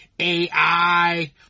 AI